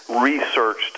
researched